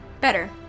Better